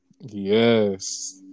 Yes